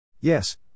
Yes